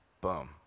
Boom